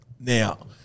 now